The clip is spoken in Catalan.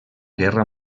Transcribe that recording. guerra